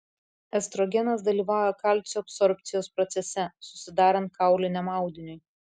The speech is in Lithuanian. estrogenas dalyvauja kalcio absorbcijos procese susidarant kauliniam audiniui